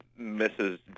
Mrs